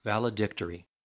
valedictory